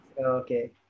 Okay